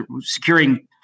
Securing